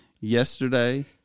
yesterday